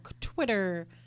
Twitter